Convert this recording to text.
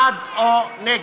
בעד, או: נגד.